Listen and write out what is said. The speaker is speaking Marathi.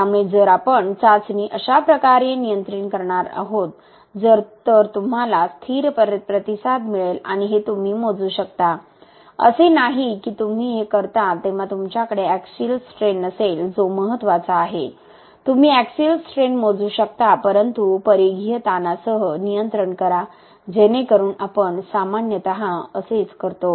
त्यामुळे जर आपण चाचणी अशा प्रकारे नियंत्रित करणार आहोत तर तुम्हाला स्थिर प्रतिसाद मिळेल आणि हे तुम्ही मोजू शकता असे नाही की तुम्ही हे करता तेव्हा तुमच्याकडे एक्सिल स्ट्रेन नसेल जो महत्त्वाचा आहे तुम्ही एक्सिल स्ट्रेन मोजू शकता परंतु परिघीय ताणासह नियंत्रण करा जेणेकरुन आपण सामान्यतः असेच करतो